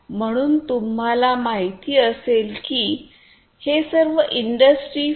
म्हणून तुम्हाला माहिती असेल की हे सर्व इंडस्ट्री 4